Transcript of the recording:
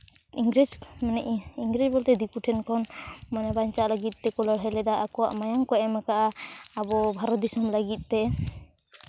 ᱤᱝᱨᱮᱡᱽ ᱤᱝᱨᱮᱡᱽ ᱢᱟᱱᱮ ᱫᱤᱠᱩ ᱴᱷᱮᱱ ᱠᱷᱚᱱ ᱢᱟᱱᱮ ᱵᱟᱧᱪᱟᱣ ᱞᱟᱹᱜᱤᱫ ᱛᱮᱠᱚ ᱞᱟᱹᱲᱦᱟᱹᱭ ᱞᱮᱫᱟ ᱟᱠᱚᱣᱟᱜ ᱢᱟᱭᱟᱝ ᱠᱚ ᱮᱢ ᱠᱟᱜᱼᱟ ᱟᱚ ᱵᱷᱟᱨᱚᱛ ᱫᱤᱥᱚᱢ ᱞᱟᱹᱜᱤᱫ ᱛᱮ